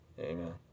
Amen